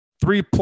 three